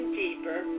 deeper